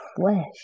flesh